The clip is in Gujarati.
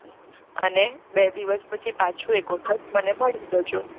હમ હં અને બે દિવસ પછી પાછું એક વખત મને મળી જજો